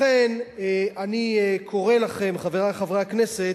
לכן אני קורא לכם, חברי חברי הכנסת,